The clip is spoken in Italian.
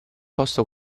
posto